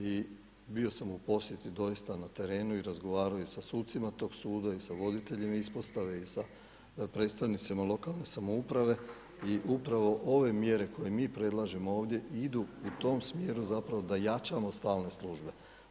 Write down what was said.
I bio sam u posjeti doista na terenu i razgovarao i sa sucima tog suda, sa voditeljima ispostave i sa predstavnicima lokalne samouprave i upravo ove mjere koje mi predlažemo ovdje idu u tom smjeru zapravo da jačamo stalne službe.